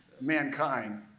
Mankind